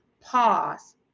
pause